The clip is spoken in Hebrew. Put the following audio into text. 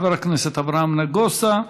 חבר הכנסת אברהם נגוסה,